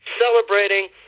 celebrating